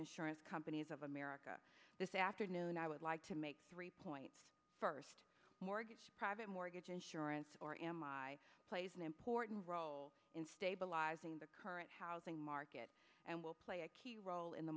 insurance companies of america this afternoon i would like to make a point first mortgage private mortgage insurance or ammo plays an important role in stabilizing the current housing market and will play a key role in the